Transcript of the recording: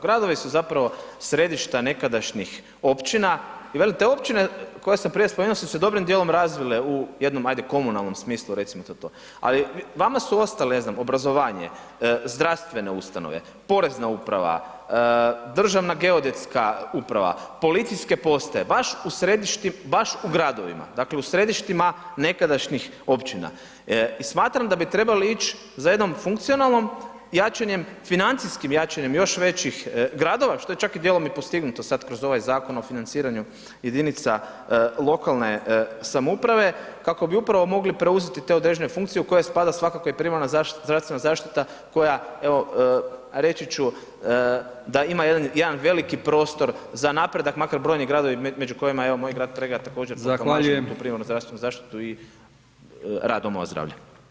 Gradovi su zapravo središta nekadašnjih općina i velim te općine koje sam prije spomenuo su se dobrim dijelom razvile u jednom ajde komunalnom smislu recimo to to, ali vama su ostale obrazovanje, zdravstvene ustanove, porezna uprava, državna geodetska uprava, policijske postaje, baš u središtima, baš u gradovima, dakle u središtima nekadašnjih općina i smatram da bi trebali ići za jednom funkcionalnom, jačanjem, financijskim jačanjem još većih gradova što je čak i dijelom i postignuto sad kroz ovaj Zakon o financiranju jedinica lokalne samouprave, kako bi upravo mogli preuzeti te određene funkcije u koje spada svakako i primarna zdravstvena zaštita koja evo reći ću da ima jedan veliki prostor za napredak, makar brojni gradovi među kojima evo moj grad Pregrada također [[Upadica: Zahvaljujem.]] za tu primarnu zdravstvenu zaštitu i rad domova zdravlja.